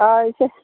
ꯑꯪ ꯏꯆꯦ